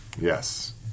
yes